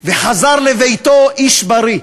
וחזר לביתו איש בריא.